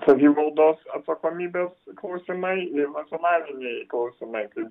savivaldos atsakomybės klausimai ir nacionaliniai klausimai kaip